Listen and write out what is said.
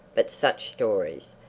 but such stories!